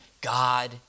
God